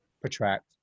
protract